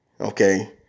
okay